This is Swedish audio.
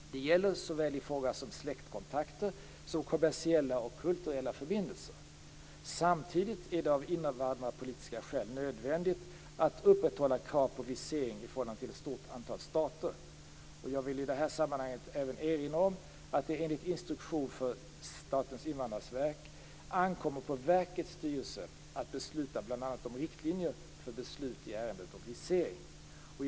Det gäller i fråga om såväl släktkontakter som kommersiella och kulturella förbindelser. Samtidigt är det av invandrarpolitiska skäl nödvändigt att upprätthålla krav på visering i förhållande till ett stort antal stater. Jag vill i detta sammanhang även erinra om att det enligt instruktionen för Statens invandrarverk ankommer på verkets styrelse att besluta bl.a. om riktlinjer för beslut i ärenden om visering.